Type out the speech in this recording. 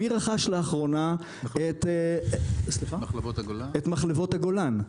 מי רכש לאחרונה את מחלבות הגולן?